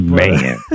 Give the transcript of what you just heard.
man